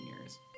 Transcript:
years